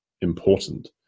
important